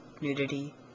nudity